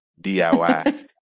DIY